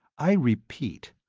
i repeat,